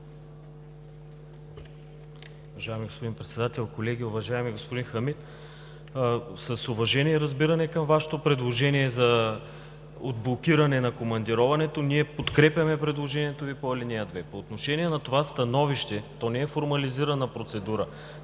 Уважаеми господин Председател, колеги! Уважаеми господин Хамид, с уважение и разбиране към Вашето предложение за отблокиране на командироването. Ние подкрепяме предложението Ви по ал. 2. По отношение на това становище, то не е формализирана процедура.